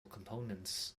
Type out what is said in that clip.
components